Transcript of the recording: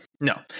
no